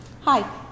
hi